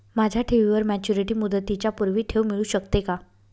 माझ्या ठेवीवर मॅच्युरिटी मुदतीच्या पूर्वी ठेव मिळू शकते का?